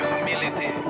humility